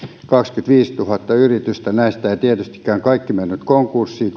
kaksikymmentäviisituhatta yritystä näistä eivät tietystikään kaikki menneet konkurssiin